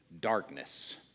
darkness